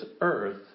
earth